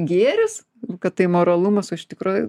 gėris kad tai moralumas o iš tikrųjų